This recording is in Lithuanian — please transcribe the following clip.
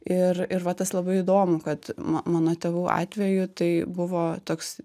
ir ir va tas labai įdomu kad ma mano tėvų atveju tai buvo toks